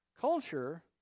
culture